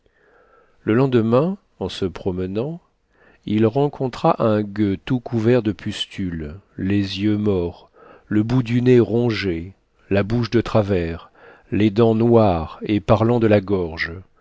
le lendemain en se promenant il rencontra un gueux tout couvert de pustules les yeux morts le bout du nez rongé la bouche de travers les dents noires et parlant de la gorge